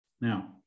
Now